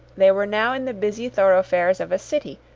they were now in the busy thoroughfares of a city,